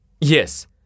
Yes